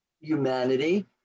humanity